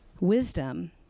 wisdom